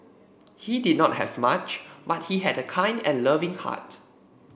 he did not have much but he had a kind and loving heart